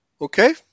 Okay